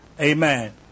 Amen